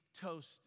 toast